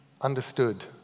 understood